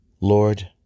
Lord